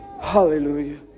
Hallelujah